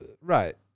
Right